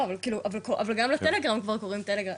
לא, אבל גם לטלגרם קוראים כבר טלגרס.